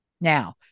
Now